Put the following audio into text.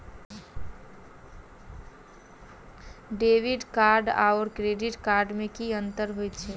Debit card आओर credit card मे की अन्तर छैक?